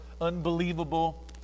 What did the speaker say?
unbelievable